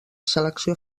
selecció